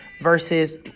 versus